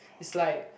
it's like